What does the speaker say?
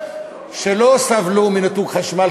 שלא סבלו מניתוק חשמל,